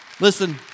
Listen